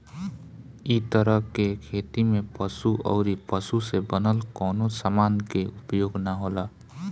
इ तरह के खेती में पशु अउरी पशु से बनल कवनो समान के उपयोग ना होला